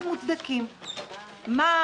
מה לא נחשב כמוצדק?